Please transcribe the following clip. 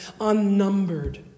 unnumbered